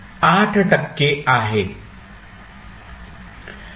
8 टक्के आहे